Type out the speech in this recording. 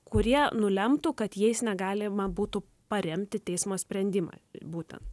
kurie nulemtų kad jais negalima būtų paremti teismo sprendimą būtent